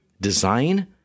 design